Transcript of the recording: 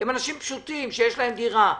הם אנשים פשוטים שיש להם דירה,